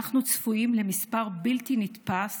אנחנו צפויים למספר בלתי נתפס,